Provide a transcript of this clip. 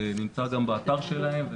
זה נמצא גם באתר שלהם.